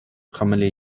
commonly